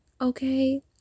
okay